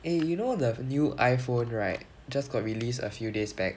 eh you know the new iphone right just got released a few days back